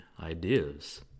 ideas